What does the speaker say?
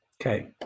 Okay